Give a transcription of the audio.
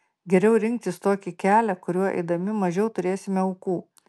geriau rinktis tokį kelią kuriuo eidami mažiau turėsime aukų